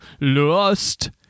lost